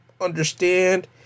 understand